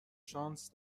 شانس